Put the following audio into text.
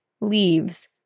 leaves